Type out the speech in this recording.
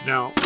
Now